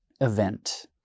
event